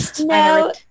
no